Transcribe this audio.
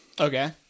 Okay